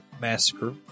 massacre